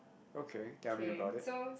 okay tell me about it